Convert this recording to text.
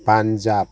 Punjab